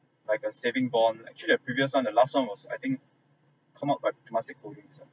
like a saving bond actually the previous one the last one was I think come up by Temasek Holdings ah